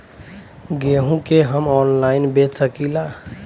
गेहूँ के हम ऑनलाइन बेंच सकी ला?